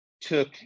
took